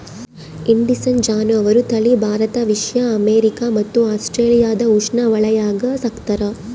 indicine ಜಾನುವಾರು ತಳಿ Bharat Asia America ಮತ್ತು ಆಸ್ಟ್ರೇಲಿಯಾದ ಉಷ್ಣವಲಯಾಗ ಸಾಕ್ತಾರ